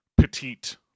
petite